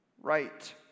right